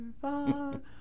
far